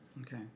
Okay